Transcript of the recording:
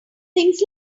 things